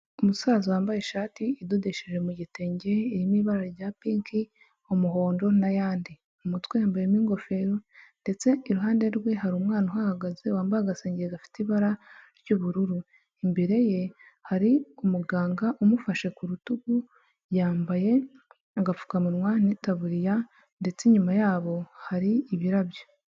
Umusaza wambaye ishati idodesheje mu gitenge irimo ibara rya piki, umuhondo n'ayandi, mu mutwe yambayemo ingofero ndetse iruhande rwe hari umwana uhagaze wambaye agasenge gafite ibara ry'ubururu, imbere ye hari umuganga umufashe ku rutugu yambaye agapfukamunwa n'itaburiya ndetse inyuma yabo hari ibirabyo.